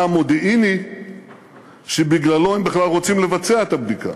המודיעיני שבגללו הן בכלל רוצות לבצע את הבדיקה.